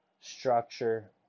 structure